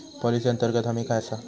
Policy अंतर्गत हमी काय आसा?